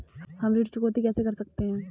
हम ऋण चुकौती कैसे कर सकते हैं?